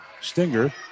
Stinger